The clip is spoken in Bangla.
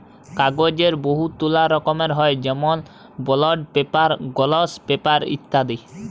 কাগ্যজের বহুতলা রকম হ্যয় যেমল বল্ড পেপার, গলস পেপার ইত্যাদি